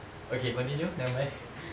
okay continue nevermind